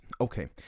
Okay